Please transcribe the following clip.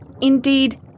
Indeed